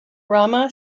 rama